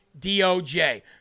DOJ